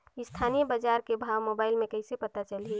स्थानीय बजार के भाव मोबाइल मे कइसे पता चलही?